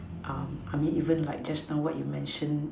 even like just now what you mentioned